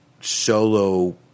solo